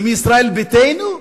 ומישראל ביתנו?